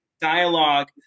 dialogue